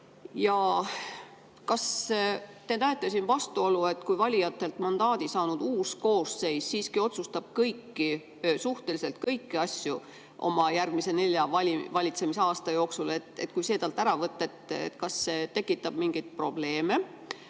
Kas te näete siin vastuolu, et kui valijatelt mandaadi saanud uus koosseis siiski otsustab kõiki, suhteliselt kõiki asju oma nelja valitsemisaasta jooksul, ja kui see talt ära võtta, kas see tekitab mingeid probleeme?